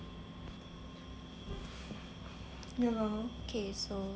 okay so mmhmm